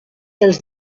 els